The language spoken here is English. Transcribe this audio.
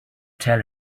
tell